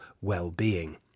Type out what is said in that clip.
well-being